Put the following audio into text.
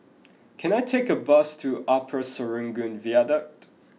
can I take a bus to Upper Serangoon Viaduct